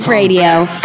Radio